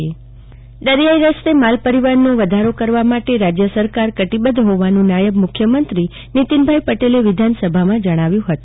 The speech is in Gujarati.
જાગ્રતિ વકીલ દરિયાઈ માલ પરિવહન દરિયાઈ રસ્તે માલ પરિવહનનો વધારો કરવા માટે રાજય સરકાર કટિબધ્ધ હોવાનું નાયબ મુખ્યમંત્રી નીતિનભાઈ પટેલે વિધાનસભામાં જણાવ્યું છે